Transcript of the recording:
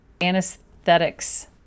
anesthetics